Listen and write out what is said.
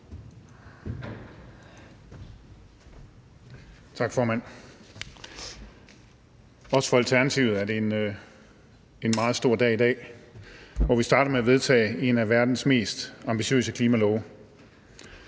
Tak, formand. Det er også for Alternativet en meget stor dag i dag, hvor vi starter med at vedtage en af verdens mest ambitiøse klimalove.